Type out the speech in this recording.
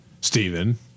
Stephen